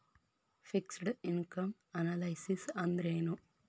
Fixed income analysis ಅಂದ್ರೆನು?